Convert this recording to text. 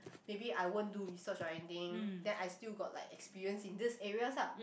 maybe I won't do research or anything then I still got like experience in these areas ah